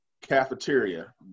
Cafeteria